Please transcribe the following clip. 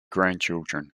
grandchildren